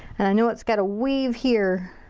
know it's gotta weave here.